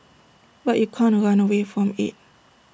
but you can't run away from IT